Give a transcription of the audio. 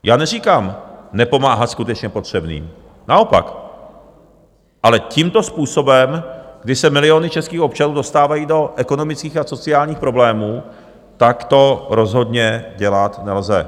Já neříkám nepomáhat skutečně potřebným, naopak, ale tímto způsobem, kdy se miliony českých občanů dostávají do ekonomických a sociálních problémů, tak to rozhodně dělat nelze.